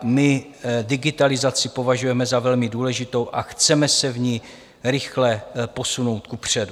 My digitalizaci považujeme za velmi důležitou a chceme se v ní rychle posunout kupředu.